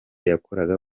yakoraga